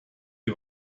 dem